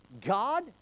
God